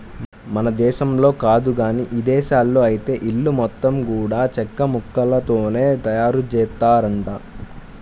మన దేశంలో కాదు గానీ ఇదేశాల్లో ఐతే ఇల్లు మొత్తం గూడా చెక్కముక్కలతోనే తయారుజేత్తారంట